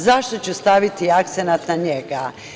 Zašto ću staviti akcenat na njega?